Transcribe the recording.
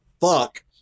fuck